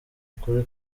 ukuri